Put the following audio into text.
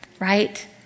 Right